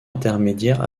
intermédiaire